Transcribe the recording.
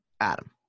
Adam